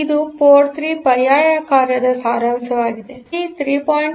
ಆದ್ದರಿಂದ ಇದು ಪೋರ್ಟ್ 3 ಪರ್ಯಾಯ ಕಾರ್ಯದ ಸಾರಾಂಶವಾಗಿದೆ ಪಿ 3